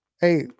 hey